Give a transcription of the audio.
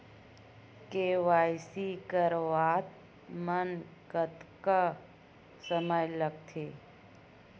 KYC करवात म कतका समय लगथे?